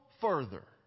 further